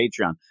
Patreon